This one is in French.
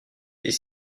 est